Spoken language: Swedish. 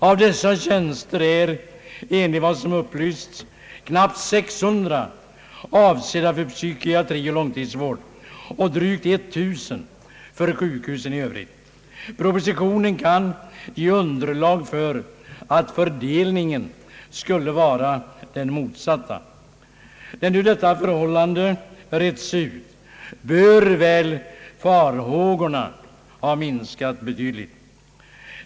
Av dessa tjänster är, enligt vad som upplysts, knappt 600 avsedda för psykiatri och långtidsvård och drygt 1000 för sjukhusen i övrigt. Propositionen kan ge underlag för den uppfattningen att fördelningen skulle vara den motsatta. När nu detta förhållande retts ut bör väl farhågorna ha minskat betydligt.